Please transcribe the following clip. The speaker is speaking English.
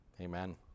Amen